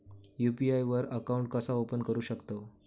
UPI वर account कसा open करू शकतव?